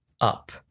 up